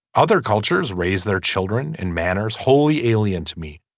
other cultures raise their children in manners wholly alien to me.